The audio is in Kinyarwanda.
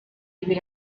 ibiri